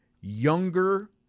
younger